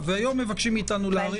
מתוקף איזה חוק?